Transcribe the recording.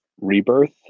rebirth